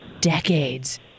decades